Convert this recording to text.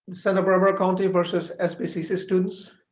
santa barbara county versus sbcc students.